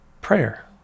prayer